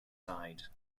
side